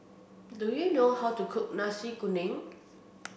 do you know how to cook Nasi Kuning